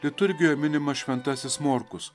liturgijoje minimas šventasis morkus